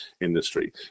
industry